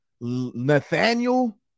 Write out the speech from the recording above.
Nathaniel